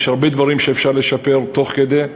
יש הרבה דברים שאפשר לשפר תוך כדי.